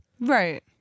Right